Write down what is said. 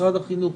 משרד החינוך,